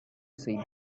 see